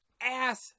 ass